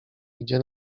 idzie